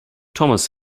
thomas